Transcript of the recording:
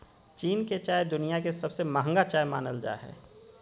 चीन के चाय दुनिया के सबसे महंगा चाय मानल जा हय